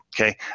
okay